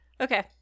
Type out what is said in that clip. okay